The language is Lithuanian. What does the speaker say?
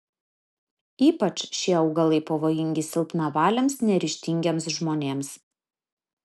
ypač šie augalai pavojingi silpnavaliams neryžtingiems žmonėms